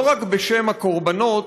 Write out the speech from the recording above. לא רק בשם הקורבנות